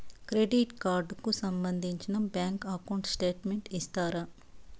Credit card కు సంబంధించిన bank account statement ఇస్తారా?